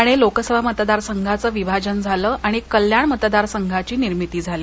ठाणे लोकसभा मतदारसंघच विभाजन झालं आणि कल्याण मतदारसंघाची निर्मिती झाली